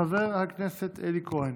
חבר הכנסת אלי כהן,